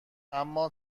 اما